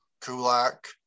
Kulak